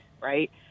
right